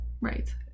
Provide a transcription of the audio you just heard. Right